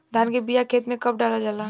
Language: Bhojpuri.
धान के बिया खेत में कब डालल जाला?